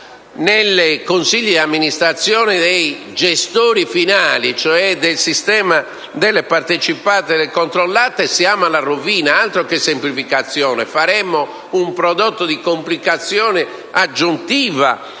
nei consigli di amministrazione dei gestori finali, cioè nel sistema delle partecipate e delle controllate, siamo alla rovina: altro che semplificazione, faremo un prodotto di complicazione aggiuntiva